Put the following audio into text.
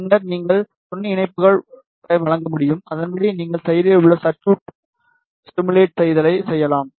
பின்னர் நீங்கள் துணை இணைப்புகளை வழங்க முடியும் அதன்படி நீங்கள் செயலில் உள்ள சர்குய்ட் சிமுலேட் செய்தலை செய்யலாம்